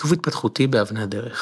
עיכוב התפתחותי באבני הדרך